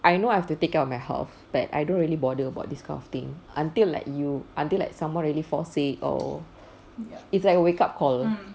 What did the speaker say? I know I have to take care of my health but I don't really bother about this kind of thing until like you until like someone really fall sick or it's like a wake up call